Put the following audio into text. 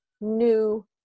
new